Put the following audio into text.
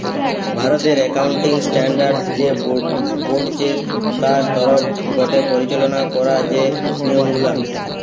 ভারতের accounting standard যে board চে তার তরফ গটে পরিচালনা করা যে নিয়ম গুলা